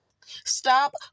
Stop